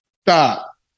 Stop